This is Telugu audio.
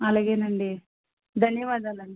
అలాగేనండి ధన్యవాదాలండి